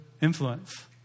influence